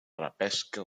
repesca